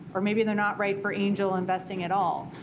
or maybe they're not right for angel investing at all.